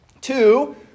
Two